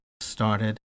started